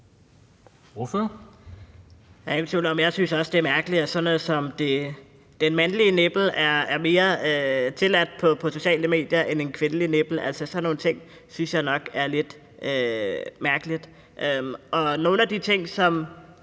at jeg også synes, at det er mærkeligt, at sådan noget som en mandlig nippel er mere tilladt på sociale medier end en kvindelig nippel. Altså, sådan nogle ting synes jeg nok er lidt mærkelige. Det er jo